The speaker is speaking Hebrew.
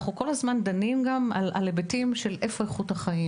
אנחנו כל הזמן דנים על היבטים של איכות החיים